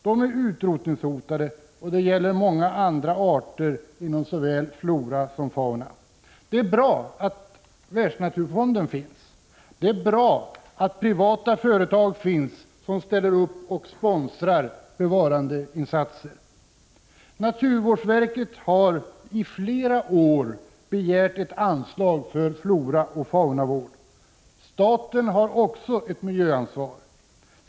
De är utrotningsho tade, och det gäller också många andra arter inom såväl flora som fauna. Det är bra att Världsnaturfonden finns, och det är bra att privata företag ställer upp och sponsrar bevarandeinsatser. Naturvårdsverket har i flera år begärt ett anslag för floraoch faunavård. Staten har också ett miljöansvar.